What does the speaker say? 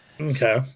Okay